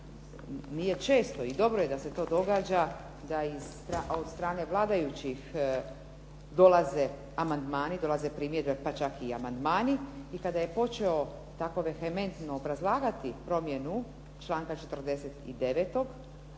nije često i dobro je da se to događa da od strane vladajućih dolaze amandmani, dolaze primjedbe pa čak i amandmani. I kada je počeo tako hementno obrazlagati promjenu članka 49.